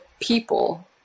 people